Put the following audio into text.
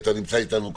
אתה נמצא איתנו כאן,